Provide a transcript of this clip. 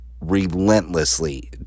relentlessly